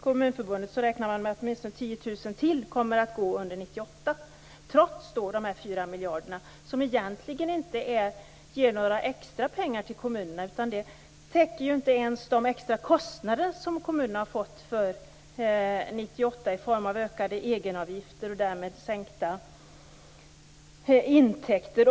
Kommunförbundet räknar med att åtminstone 10 000 till kommer att få gå under 1998 trots de 4 miljarderna, som egentligen inte ger några extra pengar till kommunerna. De täcker inte ens de extra kostnader som kommunerna har fått för 1998 i form av ökade egenavgifter och därmed sänkta intäkter.